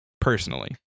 personally